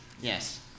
yes